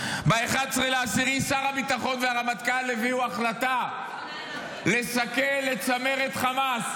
ב-11 באוקטובר שר הביטחון והרמטכ"ל הביאו החלטה לסכל את צמרת חמאס,